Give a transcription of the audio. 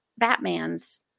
Batmans